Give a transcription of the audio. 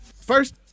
First